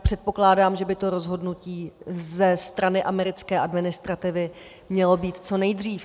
Předpokládám, že by to rozhodnutí ze strany americké administrativy mělo být co nejdřív.